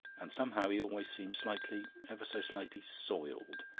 and somehow he always seemed slightly, ever so slightly, soiled.